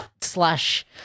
slash